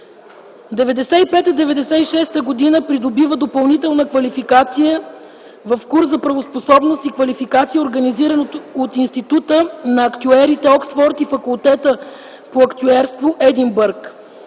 1995-1996 г. придобива допълнителна квалификация в курс за правоспособност и квалификация, организиран от Института на актюерите – Оксфорд, и Факултета по актюерство – Единбург.